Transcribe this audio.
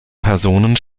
personen